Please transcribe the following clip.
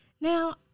Now